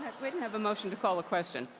didn't have a motion to call the question.